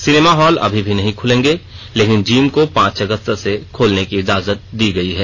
cinema hall अभी नहीं खुलेंगे लेकिन जिम को पांच अगस्त से खोलने की इजाजत दी गई है